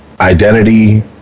identity